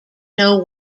know